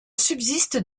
subsiste